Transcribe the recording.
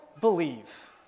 believe